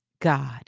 God